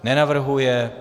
Nenavrhuje.